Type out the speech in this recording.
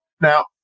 Now